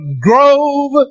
grove